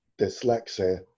dyslexia